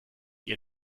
die